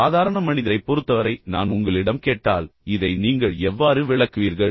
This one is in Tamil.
எனவே சாதாரண மனிதரைப் பொறுத்தவரை நான் உங்களிடம் கேட்டால் இதை நீங்கள் எவ்வாறு விளக்குவீர்கள்